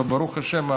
וברוך השם,